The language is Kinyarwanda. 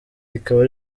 rikaba